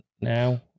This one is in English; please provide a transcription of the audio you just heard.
now